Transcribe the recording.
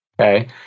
Okay